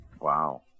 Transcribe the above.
Wow